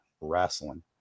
wrestling